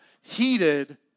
heated